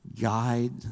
guide